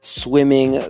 swimming